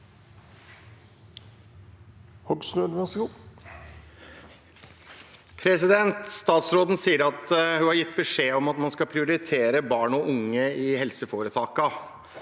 Statsråden sier at hun har gitt beskjed om at man skal prioritere barn og unge i helseforetakene.